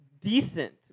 decent